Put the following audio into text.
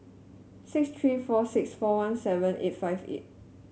six three four six four one seven eight five eight